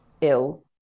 ill